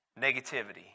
negativity